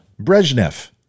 Brezhnev